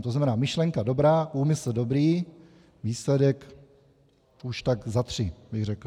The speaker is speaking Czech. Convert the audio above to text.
To znamená, myšlenka dobrá, úmysl dobrý, výsledek už tak za tři, bych řekl.